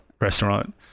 restaurant